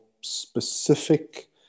specific